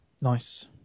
Nice